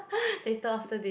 later after this